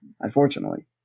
Unfortunately